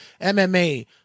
MMA